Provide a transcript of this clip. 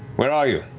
where are you?